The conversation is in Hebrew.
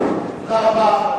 תודה רבה.